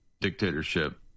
dictatorship